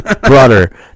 brother